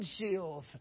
windshields